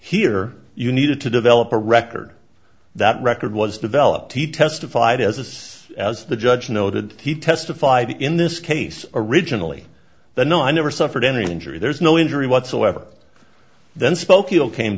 here you needed to develop a record that record was developed he testified as as the judge noted he testified in this case originally the no i never suffered any injury there's no injury whatsoever